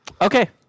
Okay